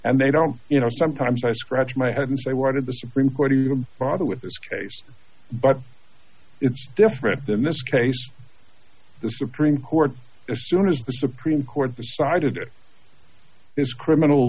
and they don't you know sometimes i scratch my head and say why did the supreme court even bother with this case but it's different in this case the supreme court as soon as the supreme court decided it this criminal